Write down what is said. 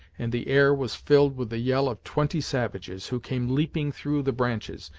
and the air was filled with the yell of twenty savages, who came leaping through the branches,